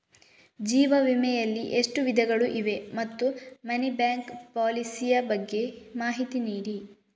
ಜೀವ ವಿಮೆ ಯಲ್ಲಿ ಎಷ್ಟು ವಿಧಗಳು ಇವೆ ಮತ್ತು ಮನಿ ಬ್ಯಾಕ್ ಪಾಲಿಸಿ ಯ ಬಗ್ಗೆ ಮಾಹಿತಿ ನೀಡಿ?